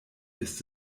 ist